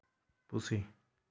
ᱯᱩᱥᱤ